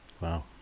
Wow